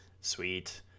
sweet